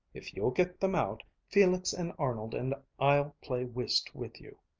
if you'll get them out, felix and arnold and i'll play whist with you.